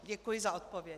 Děkuji za odpověď.